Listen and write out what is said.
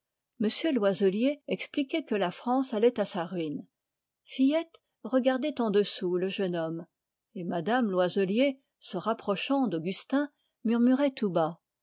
loiselier expliquait que la france allait à sa ruine fillette regardait en dessous le jeune homme et mme loiselier se rapprochant d'augustin murmurait tout bas